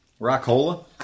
Rockola